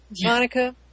Monica